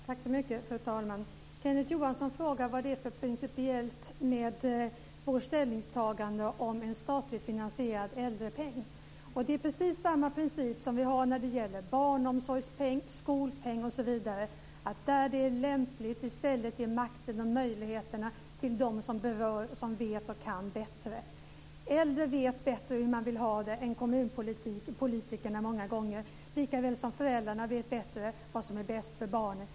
Fru talman! Kenneth Johansson frågar vad det är för principiellt med vårt ställningstagande om en statligt finansierad äldrepeng. Det är precis samma princip som vi har när det gäller barnomsorgspeng, skolpeng osv. att där det är lämpligt i stället ge makten och möjligheterna till dem som vet och kan bättre. Äldre vet bättre hur de vill ha det än kommunpolitikerna många gånger, likaväl som föräldrarna vet bättre vad som är bäst för barnen.